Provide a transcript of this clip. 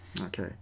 Okay